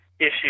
Issues